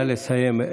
נא לסיים.